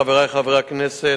חברי חברי הכנסת,